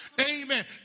amen